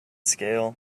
scale